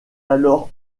alors